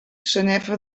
sanefa